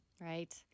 Right